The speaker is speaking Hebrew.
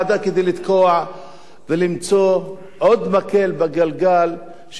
עוד מקל בגלגל של תהליך מדיני ראוי.